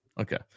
Okay